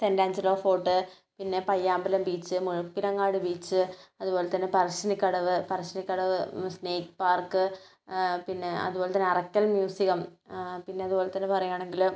Thennanchira fort പിന്നെ Payyambalam beach Muzhappilangad beach അതുപോലെ തന്നെ പറശ്ശിനിക്കടവ് പറശ്ശിനിക്കടവ് സ്നേക്ക് പാർക്ക് പിന്നെ അതുപോലെ തന്നെ അറയ്ക്കൽ മ്യൂസിയം പിന്നെ അതുപോലെ തന്നെ പറയാണെങ്കിൽ